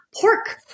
pork